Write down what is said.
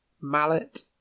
mallet